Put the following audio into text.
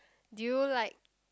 do you like